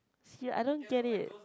see I don't get it